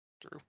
true